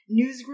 newsgroup